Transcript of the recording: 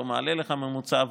לא מעלה לך ממוצע,